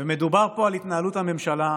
מדובר פה על התנהלות הממשלה,